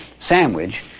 sandwich